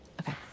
Okay